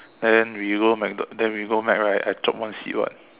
then we go Macdo~ then we go Mac right I chope one seat [what]